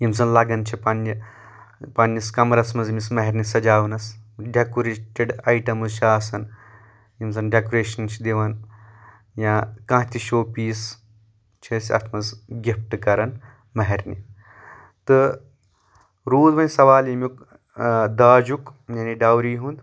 یِم زَن لَگَان چھِ پننہِ پننِس کمرس منٛز أمِس مہرنہِ سَجاونَس ڈیکریٹڈ آیٹمٕز چھِ آسان یِم زن ڈؠکریشن چھِ دِوان یا کانٛہہ تہِ شو پیٖس چھِ أسۍ اَتھ منٛز گِفٹہٕ کَرَان مہرنہِ تہٕ روٗد وۄنۍ سوال ییٚمیُک داجُک یعنے ڈَوری ہُنٛد